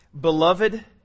Beloved